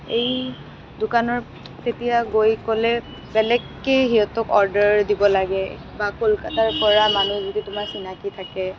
এই দোকানত তেতিয়া গৈ ক'লে বেলেগকৈ সিহঁতক অৰ্ডাৰ দিব লাগে বা কলকাতাৰ পৰা মানুহ যদি তোমাৰ চিনাকী থাকে